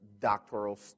doctoral